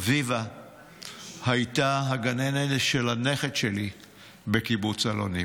אביבה הייתה הגננת של הנכד שלי בקיבוץ אלונים.